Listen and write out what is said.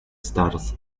stars